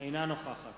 אינה נוכחת